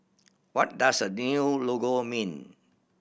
what does the new logo mean